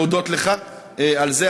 להודות לך על זה,